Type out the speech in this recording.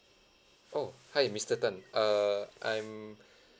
oh hi mister tan err I'm